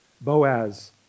Boaz